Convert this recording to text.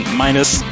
minus